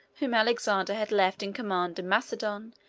whom alexander had left in command in macedon,